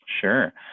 sure